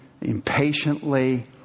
impatiently